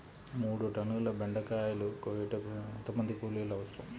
మూడు టన్నుల బెండకాయలు కోయుటకు ఎంత మంది కూలీలు అవసరం?